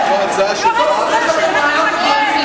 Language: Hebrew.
אבל ש"ס פוחדת, נתניהו פוחד.